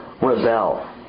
rebel